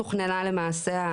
מאמצים.